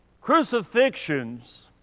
Crucifixions